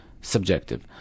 subjective